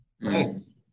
Nice